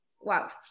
wow